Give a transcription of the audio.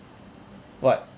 what